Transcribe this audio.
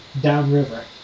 downriver